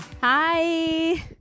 Hi